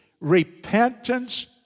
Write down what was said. repentance